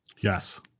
Yes